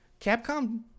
Capcom